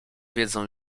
wiedzą